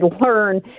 learn